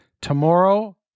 Tomorrow